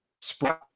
spread